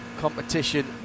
competition